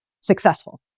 successful